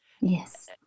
Yes